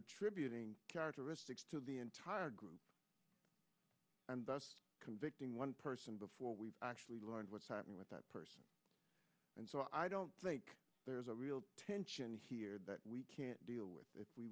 attributing characteristics to the entire group and convicting one person before we actually learn what's happening with that person and so i don't think there's a real tension here that we can't deal with